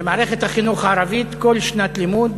במערכת החינוך הערבית כל שנת לימוד